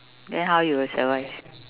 then how you will survive